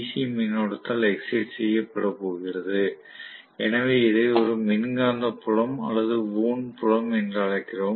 C மின்னோட்டத்தால் excite செய்யப்பட போகிறது எனவே இதை ஒரு மின்காந்த புலம் அல்லது வூண்ட் புலம் என்று அழைக்கிறோம்